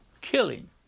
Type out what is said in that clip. killing